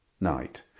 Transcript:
night